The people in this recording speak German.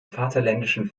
vaterländischen